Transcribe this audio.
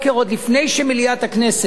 עוד לפני שמליאת הכנסת